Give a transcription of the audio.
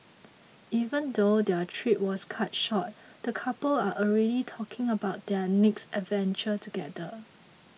even though their trip was cut short the couple are already talking about their next adventure together